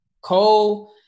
Cole